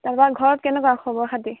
তাৰপা ঘৰত কেনেকুৱা খবৰ খাতি